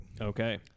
Okay